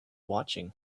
watching